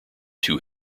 too